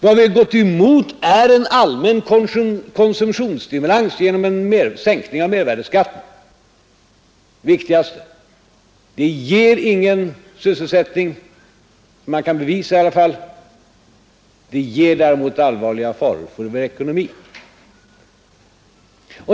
Vad vi gått emot är en allmän konsumtionsstimulans genom sänkning av momsen. En sådan ger ingen ökning av sysselsättningen — det kan i varje fall inte bevisas. Däremot medför den allvarliga faror för vår ekonomi.